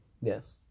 Yes